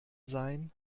sein